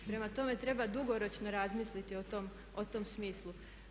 Prema tome, treba dugoročno razmisliti o tom smislu.